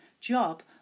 job